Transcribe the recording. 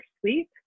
sleep